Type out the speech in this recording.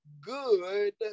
good